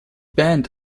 band